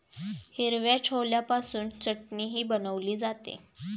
हिरव्या छोल्यापासून चटणीही बनवली जाते